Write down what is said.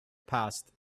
passed